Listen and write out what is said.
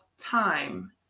Time